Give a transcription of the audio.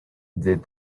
did